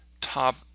top